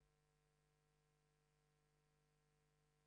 בשמם המכובס יותר